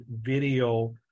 video